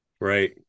Right